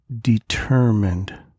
determined